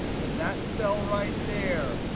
in that cell right there,